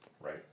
Right